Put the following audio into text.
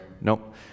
Nope